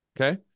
okay